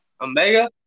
Omega